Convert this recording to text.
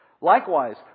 Likewise